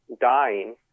dying